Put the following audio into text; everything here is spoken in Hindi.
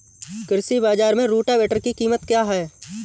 कृषि बाजार में रोटावेटर की कीमत क्या है?